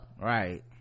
Right